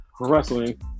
wrestling